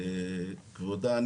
כבודה,